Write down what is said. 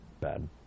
bad